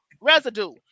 residue